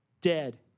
dead